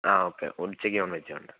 ആ ഓക്കെ ഉച്ചയ്ക്ക് നോൺവെജ് വേണ്ട